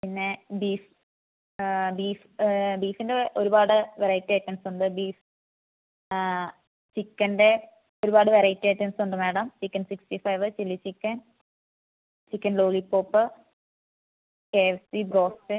പിന്നെ ബീഫ് ബീഫിൻ്റെ ഒരുപാട് വെറൈറ്റി ഐറ്റംസ് ഉണ്ട് ബീഫ് ചിക്കൻ്റെ ഒരുപാട് വെറൈറ്റി ഐറ്റംസ് ഉണ്ട് madam chicken sixty five chilli chicken chicken lollipop KFC broast